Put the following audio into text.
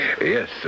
Yes